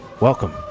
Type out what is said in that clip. Welcome